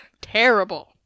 terrible